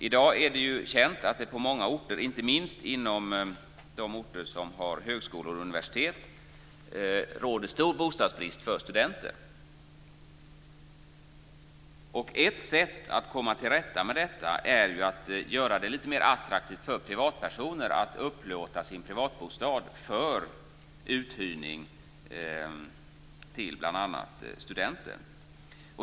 I dag är det känt att det på många orter, inte minst i de orter där det finns högskolor och universitet, råder stor bostadsbrist för studenter. Ett sätt att komma till rätta med detta är att göra det mer attraktivt för privatpersoner att upplåta sina privatbostäder för uthyrning till bl.a. studenter.